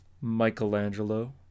Michelangelo